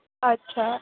اچھا